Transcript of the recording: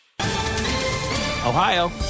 ohio